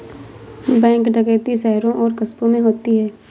bank डकैती शहरों और कस्बों में होती है